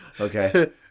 Okay